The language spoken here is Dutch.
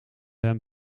hem